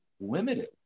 limited